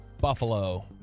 Buffalo